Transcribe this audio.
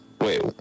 Wait